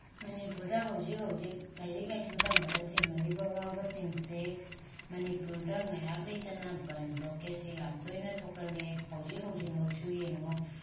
ꯃꯅꯤꯄꯨꯔꯗ ꯍꯧꯖꯤꯛ ꯍꯧꯖꯤꯛ ꯂꯥꯏꯔꯤꯛ ꯂꯥꯏꯁꯨ ꯇꯝꯕꯗ ꯊꯦꯡꯅꯔꯤꯕ ꯑꯋꯥꯕꯁꯤꯡꯁꯦ ꯃꯅꯤꯄꯨꯔꯗ ꯉꯥꯏꯍꯥꯛ ꯂꯩꯇꯅ ꯕꯟ ꯕ꯭ꯂꯣꯀꯦꯠꯁꯦ ꯌꯥꯝ ꯇꯣꯏꯅ ꯊꯣꯛꯀꯜꯂꯦ ꯍꯧꯖꯤꯛ ꯍꯧꯖꯤꯛꯃꯛꯁꯨ ꯌꯦꯡꯉꯨ